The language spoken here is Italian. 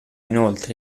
inoltre